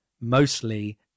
mostly